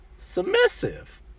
submissive